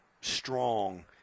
strong